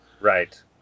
Right